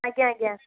ଆଜ୍ଞା ଆଜ୍ଞା